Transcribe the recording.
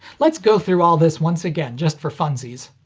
let's go through all this once again, just for funsies.